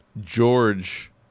George